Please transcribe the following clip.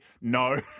No